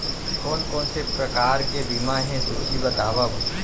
कोन कोन से प्रकार के बीमा हे सूची बतावव?